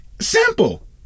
Simple